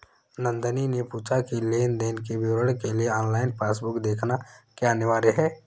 नंदनी ने पूछा की लेन देन के विवरण के लिए ऑनलाइन पासबुक देखना क्या अनिवार्य है?